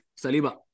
Saliba